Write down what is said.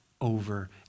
over